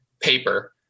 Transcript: paper